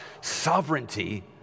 sovereignty